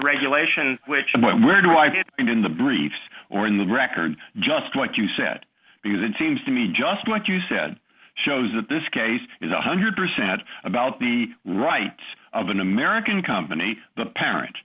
regulation which is what we're driving and in the briefs or in the record just what you said because it seems to me just what you said shows that this case is one hundred percent about the rights of an american company the parent